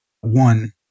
one